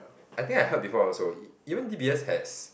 I think I heard before also even d_b_s has